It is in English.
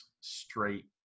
straight